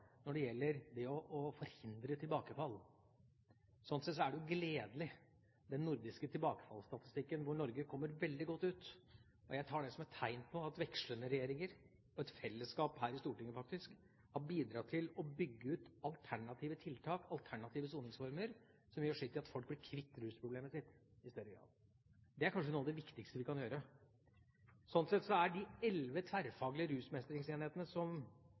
når det gjelder det å forhindre tilbakefall. Slik sett er den nordiske tilbakefallsstatistikken gledelig, der Norge kommer veldig godt ut. Jeg tar det som et tegn på at vekslende regjeringer og et fellesskap her i Stortinget har bidratt til å bygge ut alternative tiltak og alternative soningsformer, som gjør sitt til at folk blir kvitt rusproblemet sitt i større grad. Det er kanskje noe av det viktigste vi kan gjøre. Slik sett er de elleve tverrfaglige rusmestringsenhetene som